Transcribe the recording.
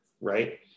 Right